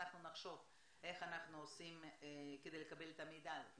אנחנו נחשוב איך אנחנו עושים כדי לקבל את המידע הזה.